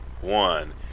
one